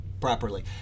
properly